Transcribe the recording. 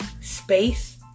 Space